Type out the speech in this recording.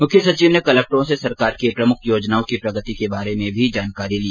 मुख्य सचिव ने कलक्टरों से सरकार की प्रमुख योजनाओं की प्रगति के बारे में भी जानकारी ली